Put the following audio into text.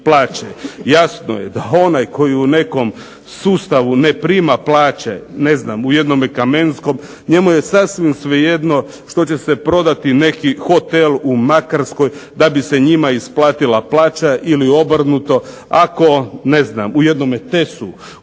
Jasno je da onaj koji u nekom sustavu ne prima plaće ne znam u jednome "Kamenskom" njemu je sasvim svejedno što će se prodati neki hotel u Makarskoj da bi se njima isplatila plaća ili obrnuto. Ako ne znam u jednome